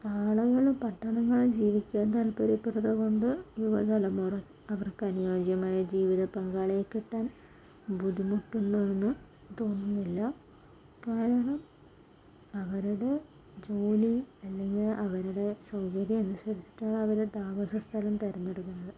ആണുങ്ങള് പട്ടണങ്ങളിൽ ജീവിക്കാൻ താല്പര്യപ്പെടുന്നത് കൊണ്ട് യുവ തലമുറ അവർക്ക് അനുയോജ്യമായ ജീവിത പങ്കാളിയെ കിട്ടാൻ ബുദ്ധിമുട്ടുണ്ടോ എന്നാൽ ഇതൊന്നും ഇല്ല കാരണം അവരുടെ ജോലി അല്ലെങ്കിൽ അവരുടെ സൗകര്യം അനുസരിച്ചിട്ടാണ് അവര് താമസ സ്ഥലം തെരഞ്ഞെടുക്കുന്നത്